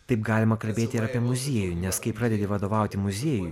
taip galima kalbėti ir apie muziejų nes kai pradedi vadovauti muziejui